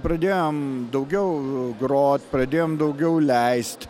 pradėjom daugiau grot pradėjom daugiau leist